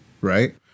right